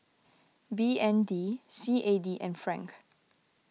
B N D C A D and Franc